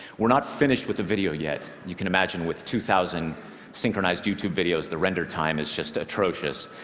we're not finished with the video yet. you can imagine, with two thousand synchronized youtube videos, the render time is just atrocious.